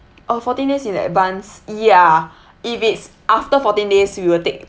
uh fourteen days in advance ya if it's after fourteen days we will take